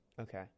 Okay